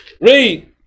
Read